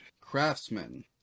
Craftsman